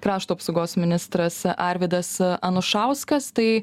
krašto apsaugos ministras arvydas anušauskas tai